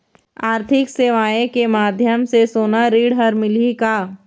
आरथिक सेवाएँ के माध्यम से सोना ऋण हर मिलही का?